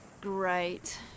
Great